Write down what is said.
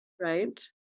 right